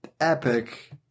epic